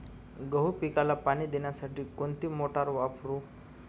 गहू पिकाला पाणी देण्यासाठी कोणती मोटार वापरू?